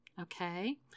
Okay